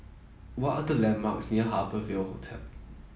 what are the landmarks near Harbour Ville Hotel